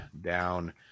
down